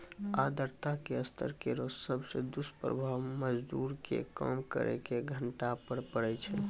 आर्द्रता के स्तर केरो सबसॅ दुस्प्रभाव मजदूर के काम करे के घंटा पर पड़ै छै